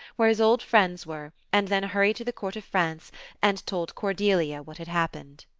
where his old friends were, and then hurried to the court of france and told cordelia what had happened.